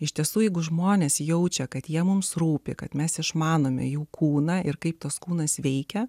iš tiesų jeigu žmonės jaučia kad jie mums rūpi kad mes išmanome jų kūną ir kaip tas kūnas veikia